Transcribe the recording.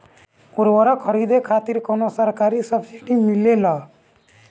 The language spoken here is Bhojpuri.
उर्वरक खरीदे खातिर कउनो सरकारी सब्सीडी मिलेल?